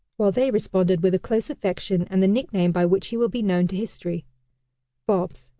while they responded with a close affection and the nickname by which he will be known to history bobs.